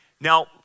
Now